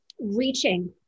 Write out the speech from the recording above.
reaching